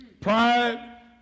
Pride